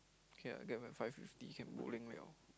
okay okay lah five fifty can bowling [liao]